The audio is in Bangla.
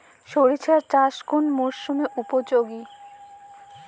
সরিষা চাষ কোন মরশুমে উপযোগী?